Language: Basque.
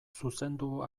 zuzendu